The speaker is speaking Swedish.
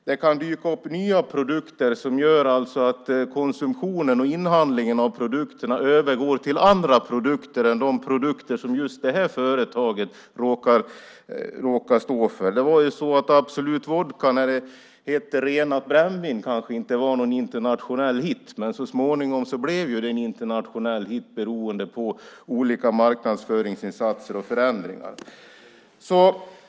Det kan dyka upp nya produkter som gör att inhandlingen och konsumtionen av produkterna övergår till andra produkter än de som just det här företaget råkar stå för. När Absolut hette Renat Brännvin var det kanske inte någon internationell hit, men så småningom blev det en internationell hit beroende på olika marknadsföringsinsatser och förändringar.